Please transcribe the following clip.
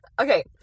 Okay